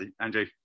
Andrew